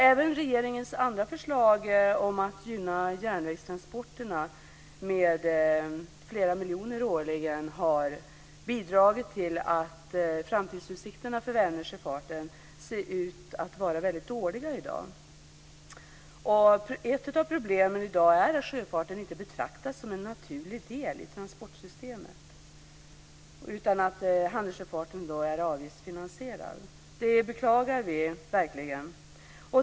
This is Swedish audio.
Även regeringens andra förslag om att gynna järnvägstransporterna med flera miljoner årligen har bidragit till att framtidsutsikterna för Vänersjöfarten är väldigt dåliga. Ett av problemen i dag är att sjöfarten inte betraktas som en naturlig del i transportsystemet och att handelssjöfarten är avgiftsfinansierad. Det beklagar vi verkligen.